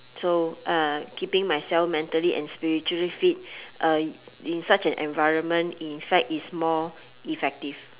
so uh keeping myself mentally and spiritually fit uh in such an environment in fact is more effective